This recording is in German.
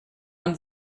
und